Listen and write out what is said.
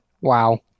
wow